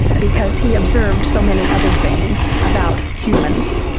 because he observed so many other things about humans.